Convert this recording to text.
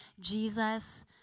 Jesus